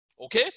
Okay